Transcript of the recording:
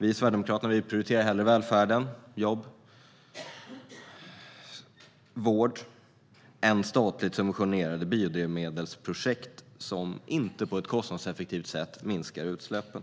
Vi i Sverigedemokraterna prioriterar hellre välfärden - jobb och vård - än statligt subventionerade biodrivmedelsprojekt som inte på ett kostnadseffektivt sätt minskar utsläppen.